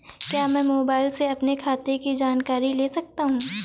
क्या मैं मोबाइल से अपने खाते की जानकारी ले सकता हूँ?